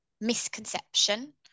misconception